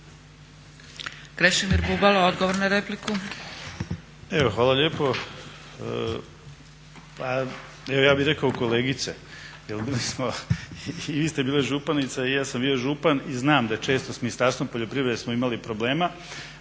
Krešimir Bubalo, odgovor na repliku.